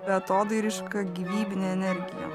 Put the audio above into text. beatodairiška gyvybinė energija